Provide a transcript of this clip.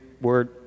word